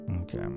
okay